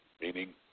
meaning